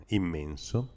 immenso